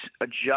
adjust